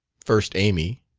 first, amy.